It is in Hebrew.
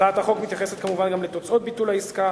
הצעת החוק מתייחסת כמובן גם לתוצאות ביטול העסקה,